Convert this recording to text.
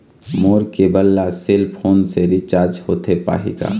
मोर cable ला cell phone से recharge होथे पाही का?